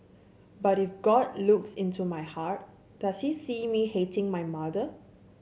but if God looks into my heart does he see me hating my mother